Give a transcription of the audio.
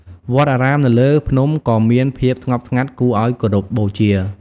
វត្តអារាមនៅលើភ្នំក៏មានភាពស្ងប់ស្ងាត់គួរឲ្យគោរពបូជា។